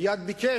מייד ביקש,